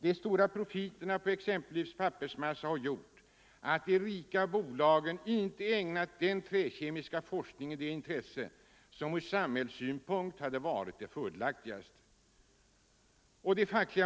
De stora profiterna på exempelvis pappersmassa har gjort att de privata bolagen inte ägnat den träkemiska forskningen det intresse som ur samhällssynpunkt hade varit det fördelaktigaste —--".